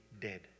dead